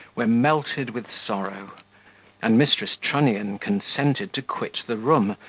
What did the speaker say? were melted with sorrow and mrs. trunnion consented to quit the room,